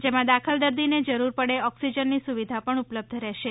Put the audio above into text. જેમાં દાખલ દર્દીને જરૂર પડે ઓક્સિજનની સુવિધા પણ ઉપ્લબ્ધ રહેશે